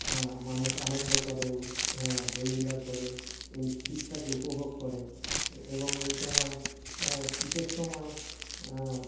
মানুষ আনন্দ করে হই হুল্লোড় করে এই শীতটাকে উপভোগ করে এবং এই সময় শীতের সময়